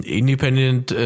independent